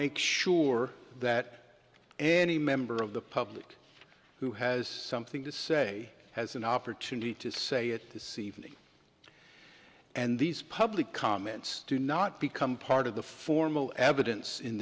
make sure that any member of the public who has something to say has an opportunity to say it to see vinnie and these public comments do not become part of the formal evidence in